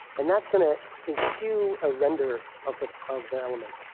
and that's going to enqueue a render of the of the element.